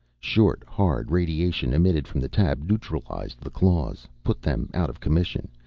short hard radiation emitted from the tab neutralized the claws, put them out of commission.